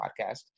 podcast